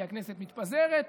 כי הכנסת מתפזרת,